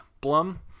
Blum